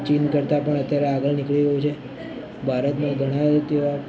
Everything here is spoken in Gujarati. ચીન કરતાં પણ અત્યારે આગળ નીકળી ગયું છે ભારતમાં ઘણા તેવા